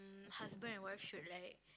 husband and wife should like